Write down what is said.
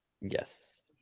yes